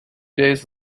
days